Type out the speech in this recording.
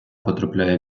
потрапляє